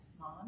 Mom